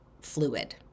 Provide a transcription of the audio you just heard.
fluid